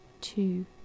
two